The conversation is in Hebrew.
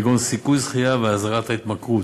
כגון סיכוי זכייה ואזהרת התמכרות.